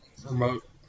remote